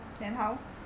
then how